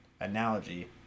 analogy